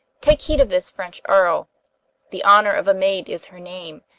take heed of this french earl the honour of a maid is her name,